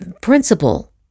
principle